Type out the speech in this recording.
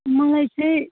मलाई चाहिँ